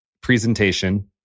presentation